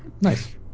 Nice